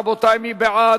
רבותי, מי בעד?